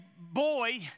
boy